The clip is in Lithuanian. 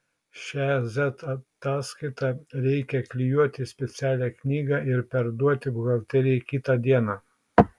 šią z ataskaitą reikia klijuoti į specialią knygą ir perduoti buhalterijai kitą dieną